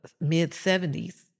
mid-70s